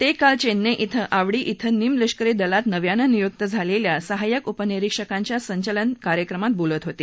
ते काल येन्नईत अवाडी क्रि निमलष्करी दलात नव्यानं नियुक्त झालेल्या सहाय्यक उपनिरीक्षकांच्या संचलन कार्यक्रमात बोलत होते